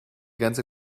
ganze